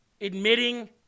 Admitting